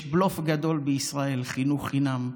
יש בלוף גדול בישראל: חינוך חינם.